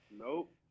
Nope